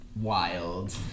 wild